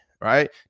right